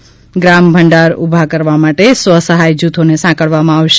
ંગ્રામ ભંડાર ઊભા કરવાં માટે સ્વ સહાય જૂથોને સાંકળવામાં આવશે